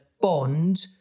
bond